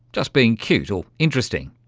just being cute or interesting.